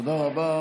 תודה רבה.